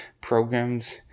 programs